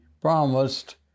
promised